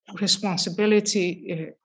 responsibility